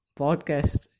podcast